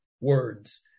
words